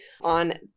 on